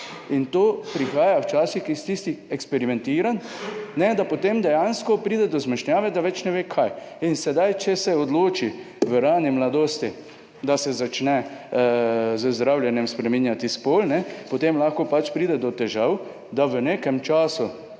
in to prihaja včasih iz tistih eksperimentiranj, da potem dejansko pride do zmešnjave, da več ne ve, kaj. In če se odloči v rani mladosti, da začne z zdravljenjem spreminjati spol, potem lahko pač pride do težav, da v nekem času